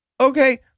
Okay